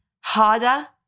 harder